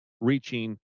reaching